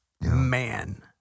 man